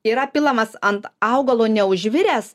yra pilamas ant augalo neužviręs